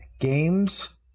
Games